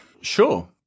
Sure